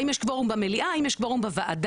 האם יש קוורום היום במליאה האם יש קוורום בוועדה?